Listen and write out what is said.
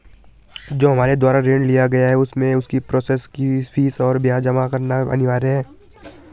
जो हमारे द्वारा ऋण लिया गया है उसमें उसकी प्रोसेस फीस और ब्याज जमा करना अनिवार्य है?